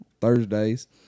Thursdays